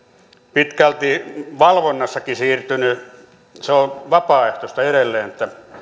pitkälti valvonnassakin siirtynyt se on vapaaehtoista edelleen